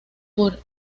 por